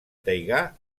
taigà